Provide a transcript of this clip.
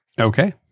Okay